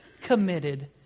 committed